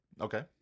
Okay